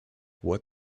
what